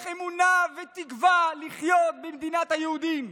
אמונה ותקווה לחיות במדינת היהודים.